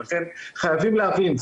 לכן חייבים להבין,